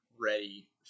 ready